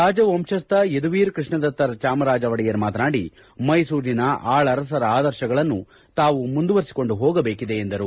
ರಾಜವಂಶಸ್ಥ ಯದುವೀರ್ ಕೃಷ್ಣದತ್ತ ಚಾಮರಾಜ ಒಡೆಯರ್ ಮಾತನಾಡಿ ಮೈಸೂರಿನ ಆಳರಸರ ಆದರ್ತಗಳನ್ನು ನಾವು ಮುಂದುವರಿಸಿಕೊಂಡು ಹೋಗಬೇಕಿದೆ ಎಂದರು